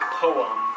poem